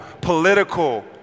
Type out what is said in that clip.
political